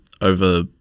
over